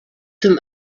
zum